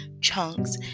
chunks